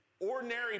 ordinary